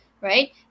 right